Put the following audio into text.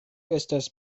estas